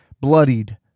bloodied